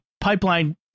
pipeline